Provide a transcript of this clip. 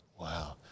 Wow